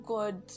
God